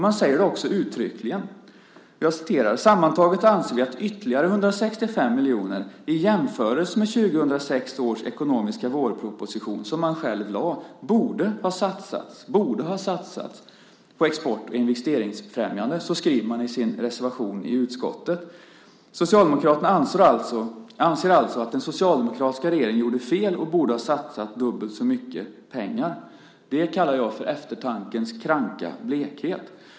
Man säger också det uttryckligen, nämligen att man sammantaget anser att ytterligare 165 miljoner i jämförelse med 2006 års ekonomiska vårproposition - som man själv lade fram - borde ha satsats på export och investeringsfrämjande. Så skriver man i sin reservation i utskottet. Socialdemokraterna anser alltså att den socialdemokratiska regeringen gjorde fel och borde ha satsat dubbelt så mycket pengar. Det kallar jag eftertankens kranka blekhet.